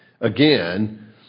again